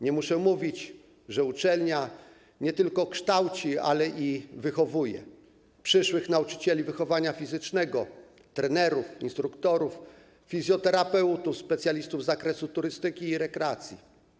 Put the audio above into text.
Nie muszę mówić, że uczelnia nie tylko kształci, ale i wychowuje przyszłych nauczycieli wychowania fizycznego, trenerów, instruktorów, fizjoterapeutów, specjalistów z zakresu turystyki i rekreacji.